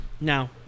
Now